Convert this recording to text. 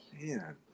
Man